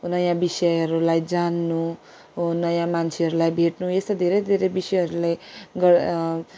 नयाँ विषयहरूलाई जान्नु नयाँ मान्छेहरूलाई भेट्नु यस्तो धेरै धेरै विषयहरूलाई गर